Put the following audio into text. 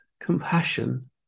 compassion